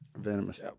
Venomous